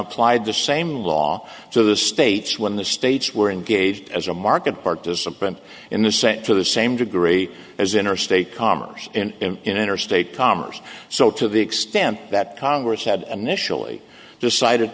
applied the same law to the states when the states were engaged as a market participant in the set to the same degree as interstate commerce and interstate commerce so to the extent that congress had initially decided